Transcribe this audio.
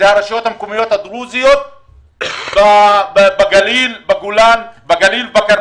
זה הרשויות המקומיות הדרוזיות בגליל ובכרמל,